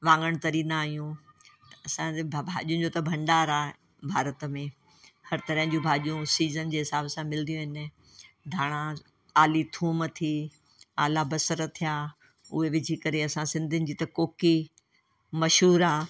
वाङणु तरींदा आहियूं असांजे भाॼियुनि जो त भंडार आहे भारत में हर तरह जूं भाॼियूं सीज़न जे हिसाब सां मिलंदियूं आहिनि धाणा आली थूम थी आला बसरि थिया उहे विझी करे असां सिंधियुनि जी त कोकी मशहूरु आहे